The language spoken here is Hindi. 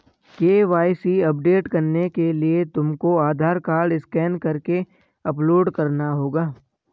के.वाई.सी अपडेट करने के लिए तुमको आधार कार्ड स्कैन करके अपलोड करना होगा